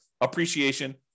appreciation